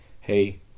hey